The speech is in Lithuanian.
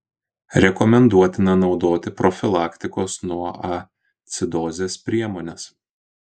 rekomenduotina naudoti profilaktikos nuo acidozės priemones